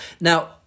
Now